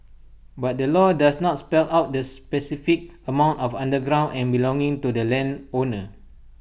but the law does not spell out the specific amount of underground and belonging to the landowner